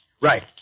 Right